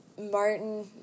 Martin